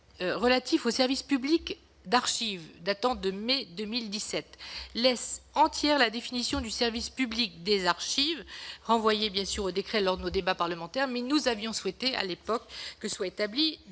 relatif au service public d'archives datant de mai 2017 laisse entière la définition du service public des archives, renvoyée bien sûr au décret lors de nos débats parlementaires. Mais nous avions souhaité, à l'époque, que soient établis